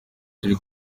turi